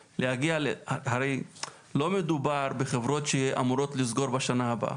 הרי, לא מדובר בחברות שאמורות לסגור בשנה הבאה,